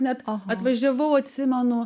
net atvažiavau atsimenu